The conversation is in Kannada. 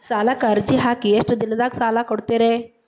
ಸಾಲಕ ಅರ್ಜಿ ಹಾಕಿ ಎಷ್ಟು ದಿನದಾಗ ಸಾಲ ಕೊಡ್ತೇರಿ?